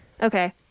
Okay